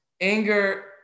Anger